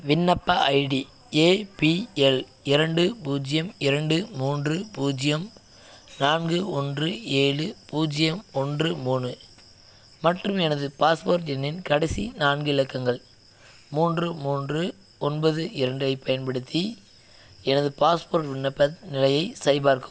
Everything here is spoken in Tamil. விண்ணப்ப ஐடி ஏபிஎல் இரண்டு பூஜ்ஜியம் இரண்டு மூன்று பூஜ்ஜியம் நான்கு ஒன்று ஏழு பூஜ்ஜியம் ஒன்று மூணு மற்றும் எனது பாஸ்போர்ட் எண்ணின் கடைசி நான்கு இலக்கங்கள் மூன்று மூன்று ஒன்பது இரண்டைப் பயன்படுத்தி எனது பாஸ்போர்ட் விண்ணப்ப நிலையை சரிபார்க்கவும்